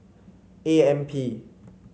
A M P